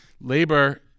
Labor